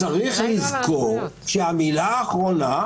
צריך לזכור שהמילה האחרונה,